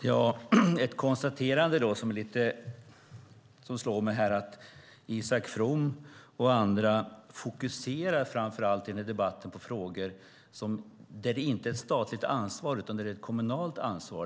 Herr talman! Det slår mig att Isak From och andra i debatten fokuserar på frågor där det inte finns ett statligt ansvar utan ett kommunalt ansvar.